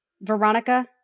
Veronica